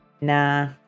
nah